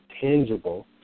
tangible